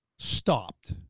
stopped